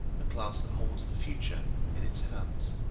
the class that holds the future in its hands.